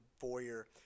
foyer